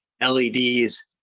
LEDs